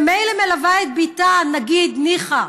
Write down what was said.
ומילא, היא מלווה את בתה, נגיד, ניחא,